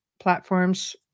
platforms